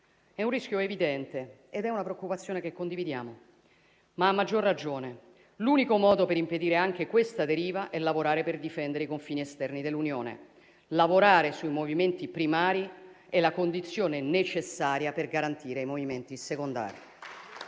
È un rischio evidente e una preoccupazione che condividiamo, ma a maggior ragione l'unico modo per impedire anche questa deriva è lavorare per difendere i confini esterni dell'Unione. Lavorare sui movimenti primari è la condizione necessaria per garantire i movimenti secondari.